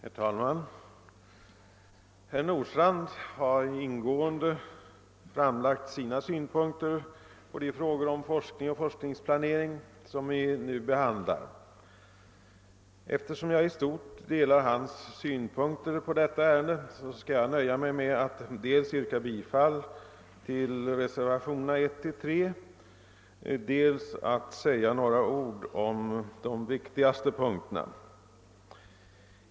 Herr talman! Herr Nordstrandh har ingående redogjort för sina synpunkter på de frågor om forskning och forskningsplanering som vi nu behandlar. Eftersom jag i stort sett delar hans åsikter i detta ärende skall jag nöja mig med att dels yrka bifall till reservationerna 1—-3, dels säga några ord om de viktigaste punkterna.